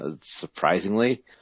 surprisingly